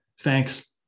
Thanks